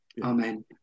amen